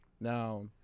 Now